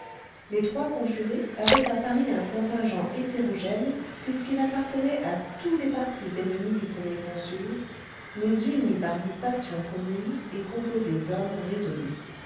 les trois conjurés avaient à paris un contingent hétérogène puisqu'il appartenait à tous les partis ennemis du premier consul mais uni par une passion commune et composé d'hommes résolus